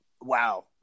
wow